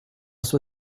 sua